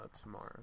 tomorrow